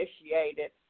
initiated